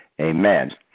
amen